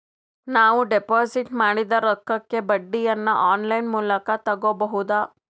ನಾವು ಡಿಪಾಜಿಟ್ ಮಾಡಿದ ರೊಕ್ಕಕ್ಕೆ ಬಡ್ಡಿಯನ್ನ ಆನ್ ಲೈನ್ ಮೂಲಕ ತಗಬಹುದಾ?